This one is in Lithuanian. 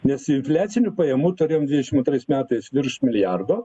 nes infliacinių pajamų turėjom dvidešimt antrais metais virš milijardo